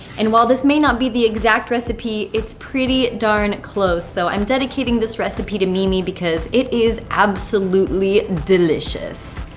and while this may not be the exact recipe, it's pretty darn close. so i'm dedicating this recipe to mimi because it is absolutely delicious.